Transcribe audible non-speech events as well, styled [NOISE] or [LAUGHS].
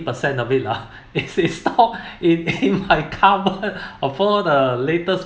percent of it lah [LAUGHS] it's a stop it I can't afford the latest